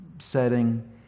Setting